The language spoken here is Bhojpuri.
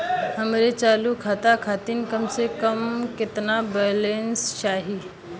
हमरे चालू खाता खातिर कम से कम केतना बैलैंस चाही?